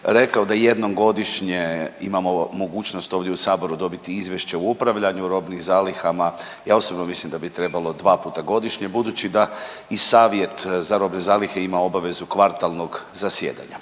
rekao da jednom godišnje imamo mogućnost ovdje u Saboru dobiti izvješće o upravljanju robnim zalihama. Ja osobno mislim da bi trebalo dva puta godišnje budući da i Savjet za robne zalihe ima obavezu kvartalnog zasjedanja.